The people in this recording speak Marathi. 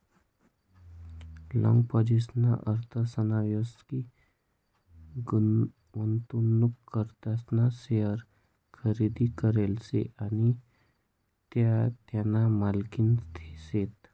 लाँग पोझिशनना अर्थ असा व्हस की, गुंतवणूकदारना शेअर्स खरेदी करेल शे आणि त्या त्याना मालकीना शेतस